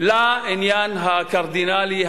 לעניין הקרדינלי,